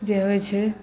जे होइ छै